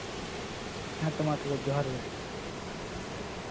ᱦᱮᱸ ᱛᱚ ᱢᱟ ᱛᱟᱦᱚᱞᱮ ᱡᱚᱦᱟᱨ ᱜᱮ